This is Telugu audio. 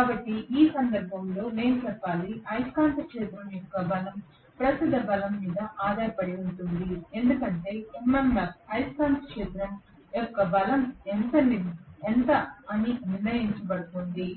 కాబట్టి ఈ సందర్భంలో నేను చెప్పాలి అయస్కాంత క్షేత్రం యొక్క బలం ప్రస్తుత బలం మీద ఆధారపడి ఉంటుంది ఎందుకంటే MMF అయస్కాంత క్షేత్రం యొక్క బలం ఎంత అని నిర్ణయించబోతోంది